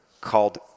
called